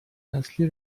نسلی